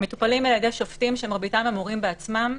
הם מטופלים על ידי שופטים שמרביתם אמורים בעצמם,